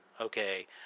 Okay